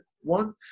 one